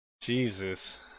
Jesus